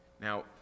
Now